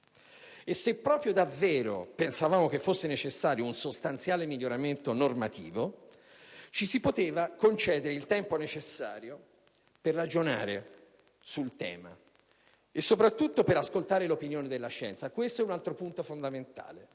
e se proprio pensavamo fosse davvero necessario un sostanziale miglioramento normativo, ci saremmo potuti concedere il tempo necessario per ragionare sul tema e, soprattutto, per ascoltare l'opinione della scienza. Questo è un altro punto fondamentale,